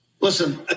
listen